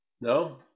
No